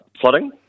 flooding